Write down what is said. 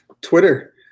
Twitter